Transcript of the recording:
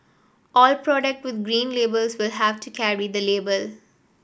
all product with Green Labels will have to carry the label